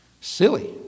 Silly